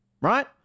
right